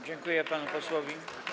Dziękuję panu posłowi.